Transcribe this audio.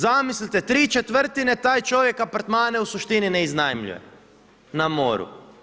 Zamislite tri četvrtine taj čovjek apartmane u suštini ne iznajmljuje na moru.